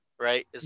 right